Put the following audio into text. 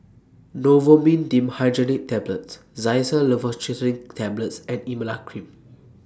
Novomin Dimenhydrinate Tablets Xyzal Levocetirizine Tablets and Emla Cream